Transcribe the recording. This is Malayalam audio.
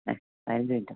ഏ പതിനഞ്ച് മിനിറ്റോ